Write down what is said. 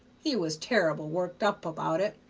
he was terrible worked up about it.